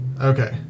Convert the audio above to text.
Okay